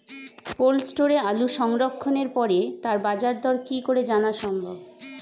Cold স্টোরে আলু সংরক্ষণের পরে তার বাজারদর কি করে জানা সম্ভব?